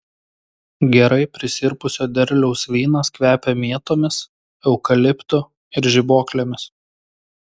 gerai prisirpusio derliaus vynas kvepia mėtomis eukaliptu ir žibuoklėmis